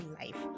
life